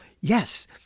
Yes